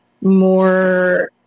more